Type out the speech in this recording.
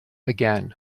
again